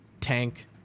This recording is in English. tank